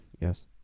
Yes